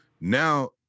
now